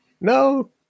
no